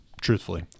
truthfully